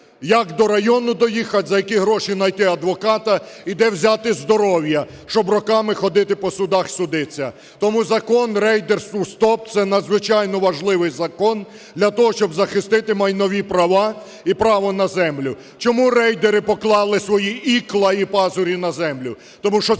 Як до району доїхати? За які гроші найти адвоката? І де взяти здоров'я, щоб роками ходити по судах судитися? Тому Закон "Рейдерству стоп" - це надзвичайно важливий закон для того, щоб захистити майнові права і право на землю. Чому рейдери поклали свої ікла і пазурі на землю?